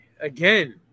Again